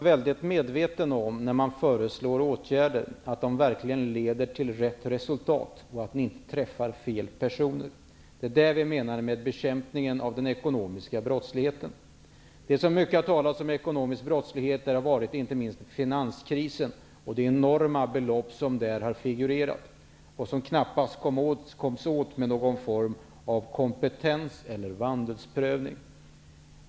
Herr talman! När man föreslår åtgärder måste man vara övertygad om att de verkligen leder till rätt resultat och inte träffar fel personer. Det är vad vi menar med bekämpning av den ekonomiska brottsligheten. Det har talats mycket om ekonomisk brottslighet, inte minst i samband med finanskrisen. Det har där figurerat enorma belopp. Detta kommer man knappast åt med någon form av kompetens eller vandelsprövning.